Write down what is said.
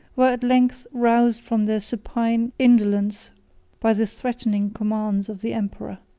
were, at length, roused from their supine indolence by the threatening commands of the emperor.